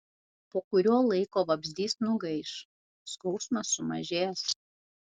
po kurio laiko vabzdys nugaiš skausmas sumažės